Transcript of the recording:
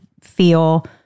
feel